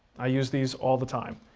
i use these all the time.